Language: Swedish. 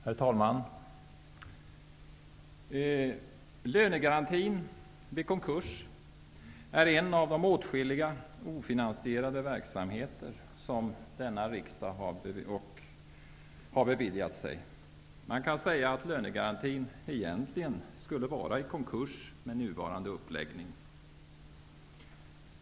Herr talman! Lönegarantin vid konkurs är en av de åtskilliga ofinansierade verksamheter som denna riksdag har beviljat. Man kan säga att lönegarantin egentligen skulle vara i konkurs med nuvarande uppläggning.